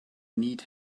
need